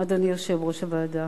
אדוני יושב-ראש הוועדה.